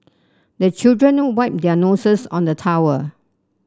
the children wipe their noses on the towel